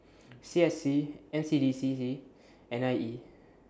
C S C N C D C C and I E